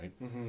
right